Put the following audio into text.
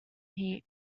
heat